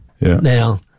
Now